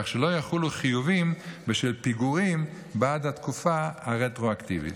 כך שלא יחולו חיובים בשל פיגורים בעד התקופה הרטרואקטיבית.